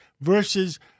versus